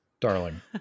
darling